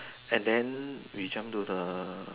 and then we jump to the